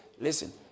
Listen